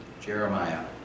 Jeremiah